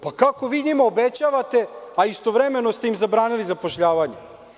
Pa kako vi njima obećavate, a istovremeno ste im zabranili zapošljavanje?